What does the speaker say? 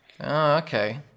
okay